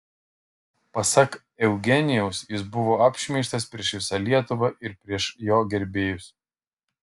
pasak eugenijaus jis buvo apšmeižtas prieš visą lietuvą ir prieš jo gerbėjus